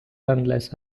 unless